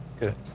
good